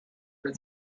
for